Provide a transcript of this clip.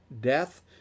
death